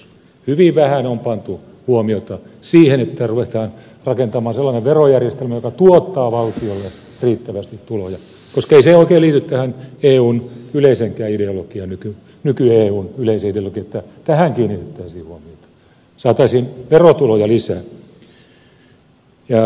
hyvin vähän on pantu huomiota siihen että ruvetaan rakentamaan sellainen verojärjestelmä joka tuottaa valtiolle riittävästi tuloja koska ei se oikein liity tähän eun yleiseenkään ideologiaan nyky eun yleiseen ideologiaan että tähän kiinnitettäisiin huomiota että saataisiin verotuloja lisää